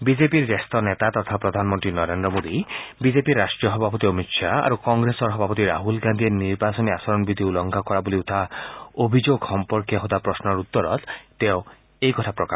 B জে পিৰ জ্যেষ্ঠ নেতা তথা প্ৰধানমন্ত্ৰী নৰেন্দ্ৰ মোডী বি জে পিৰ ৰাষ্ট্ৰীয় সভাপতি অমিত খাহ আৰু কংগ্ৰেছৰ সভাপতি ৰাহুল গান্ধীয়ে নিৰ্বাচনী আচৰণ বিধি উলংঘন কৰা বুলি উঠা অভিযোগৰ সম্পৰ্কত সোধা প্ৰশ্নৰ উত্তৰত তেওঁ এইদৰে কয়